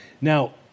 Now